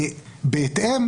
בהתאם,